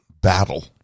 battle